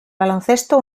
baloncesto